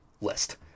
list